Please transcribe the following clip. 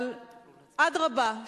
אבל אדרבה,